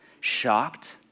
Shocked